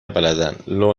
بلدن، لو